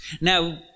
Now